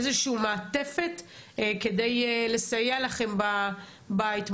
איזו שהיא מעטפת כדי לסייע לכם בהתמודדות.